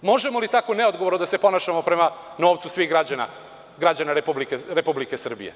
Možemo li tako neodgovorno da se ponašamo prema novcu svih građana Republike Srbije?